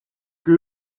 que